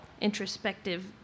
introspective